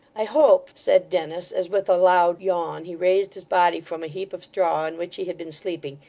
i hope said dennis, as, with a loud yawn, he raised his body from a heap of straw on which he had been sleeping,